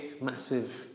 massive